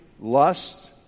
lust